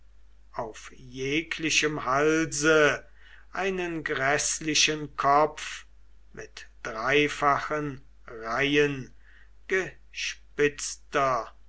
auf jeglichem halse einen gräßlichen kopf mit dreifachen reihen gespitzter